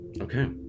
Okay